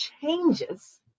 changes